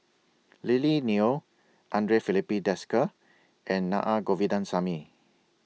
Lily Neo Andre Filipe Desker and Naa Govindasamy